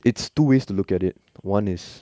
it's two ways to look at it one is